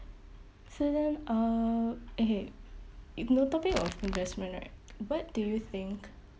so then uh okay if you're on the topic of investment right what do you think